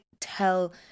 tell